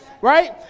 right